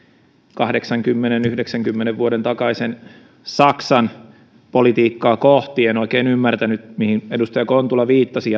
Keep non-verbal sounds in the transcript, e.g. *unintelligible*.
kahdeksankymmenen viiva yhdeksänkymmenen vuoden takaisen saksan politiikkaa kohti en oikein ymmärtänyt mihin edustaja kontula viittasi *unintelligible*